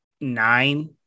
nine